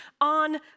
on